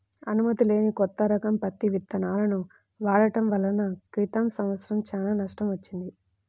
అనుమతి లేని కొత్త రకం పత్తి విత్తనాలను వాడటం వలన క్రితం సంవత్సరం చాలా నష్టం వచ్చింది